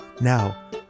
Now